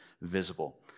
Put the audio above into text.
visible